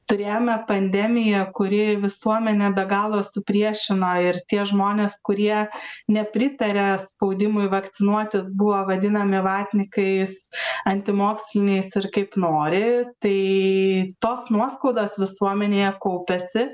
turėjome pandemiją kuri visuomenę be galo supriešino ir tie žmonės kurie nepritarė spaudimui vakcinuotis buvo vadinami vatnikais antimoksliniais ir kaip nori tai tos nuoskaudos visuomenėje kaupiasi